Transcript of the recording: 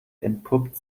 entpuppt